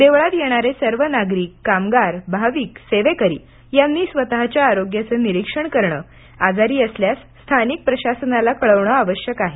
देवळात येणारे सर्व नागरिक कामगार भाविकसेवेकरी यांनी स्वतच्या आरोग्याचं निरिक्षण करणं आजारी असल्यास स्थानिक प्रशासनाला कळविणं आवश्यक आहे